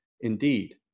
indeed